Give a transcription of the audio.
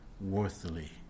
worthily